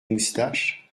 moustaches